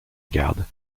garde